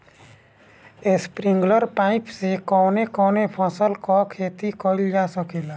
Sprinkler pipe से कवने कवने फसल क खेती कइल जा सकेला?